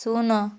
ଶୂନ